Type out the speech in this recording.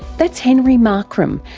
that's henry markram,